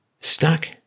stuck